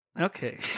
Okay